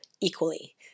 equally